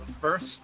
first